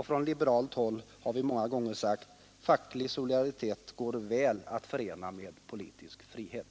Från liberalt håll har vi många gånger sagt: Facklig solidaritet går väl att förena med politisk frihet.